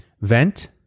Vent